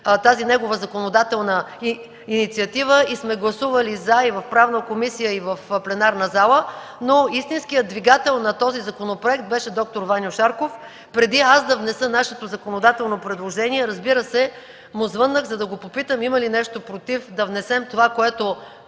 тази негова законодателна инициатива и сме гласували „за” и в Правната комисия, и в пленарната зала, но истинският двигател на този законопроект беше доктор Ваньо Шарков. Преди аз да внеса нашето законодателно предложение, разбира се му звъннах, за да го попитам има ли нещо против да внесем това, което